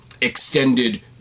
extended